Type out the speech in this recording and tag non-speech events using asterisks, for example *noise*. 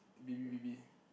baby baby *breath*